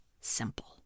simple